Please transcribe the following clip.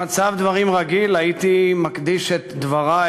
במצב דברים רגיל הייתי מקדיש את דברי